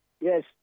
yes